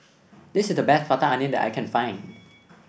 this is the best Butter Calamari that I can find